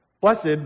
Blessed